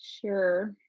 Sure